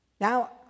Now